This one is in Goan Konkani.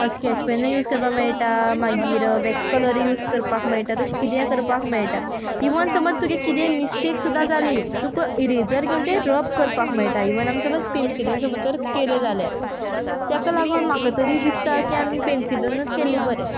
स्कॅच पॅनूय यूज करपाक मेयटा मागीर वॅक्स कलरूय यूज करपाक मेयटा तशें कितेंय करपाक मेयटा इवन समज तुगे कितें मिस्टेक सुद्दां जाली तुका इरेजर घेवन तें रब करपाक मेयटा इवन आमी समज पेंसिलेन समज तर केले जाल्यार तेक लागोन म्हाका तरी दिसता की आमी पेंसिलनूत केल्लें बरें